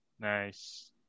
Nice